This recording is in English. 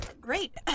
great